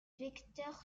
vecteur